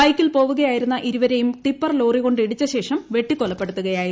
ബൈക്കിൽ പോവുകയായിരുന്ന ഇരുവരെയും ടിപ്പർ ലോറി കൊണ്ട് ഇടിച്ചശേഷം വെട്ടികൊലപ്പെടുത്തുകയായിരുന്നു